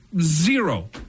zero